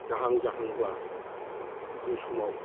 जाहां जाहांब्ला बे समाव